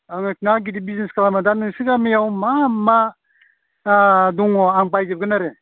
आङो गिदिद गिदिद बिजनेस खालामो दा नोंसोरनि गामियाव मा मा दङ आं बायजोबगोन आरो